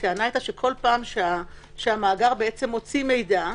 הטענה היתה שכל פעם שהמאגר מוציא מידע,